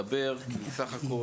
ידברו.